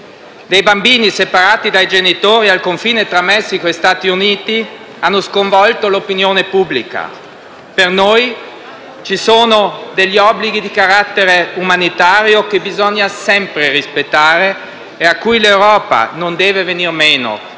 dei bambini separati dai genitori al confine tra Messico e Stati Uniti hanno sconvolto l'opinione pubblica. Per noi ci sono obblighi di carattere umanitario che bisogna sempre rispettare e a cui l'Europa non deve venire meno;